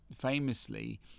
Famously